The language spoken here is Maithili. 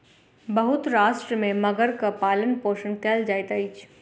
बहुत राष्ट्र में मगरक पालनपोषण कयल जाइत अछि